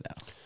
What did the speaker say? now